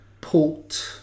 port